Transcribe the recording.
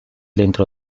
dentro